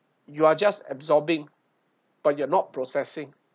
you are just absorbing but you are not processing